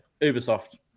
Ubisoft